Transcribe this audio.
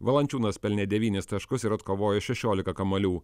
valančiūnas pelnė devynis taškus ir atkovojo šešiolika kamuolių